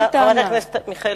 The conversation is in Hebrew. חברת הכנסת מיכאלי,